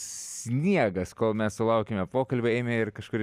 sniegas kol mes sulaukėme pokalbio ėmė ir kažkur